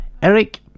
Eric